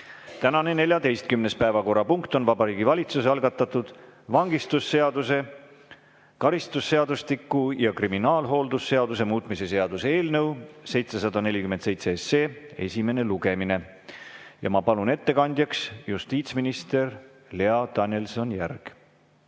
Tänane 14. päevakorrapunkt on Vabariigi Valitsuse algatatud vangistusseaduse, karistusseadustiku ja kriminaalhooldusseaduse muutmise seaduse eelnõu 747 esimene lugemine. Ma palun ettekandjaks justiitsminister Lea Danilson-Järgi!